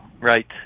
right